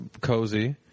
cozy